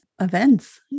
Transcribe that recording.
events